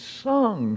sung